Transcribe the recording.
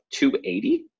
280